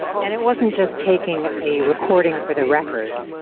and it wasn't just taking a recording for the record.